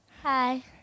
Hi